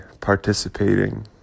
participating